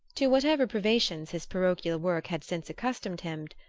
to whatever privations his parochial work had since accustomed him,